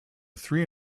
three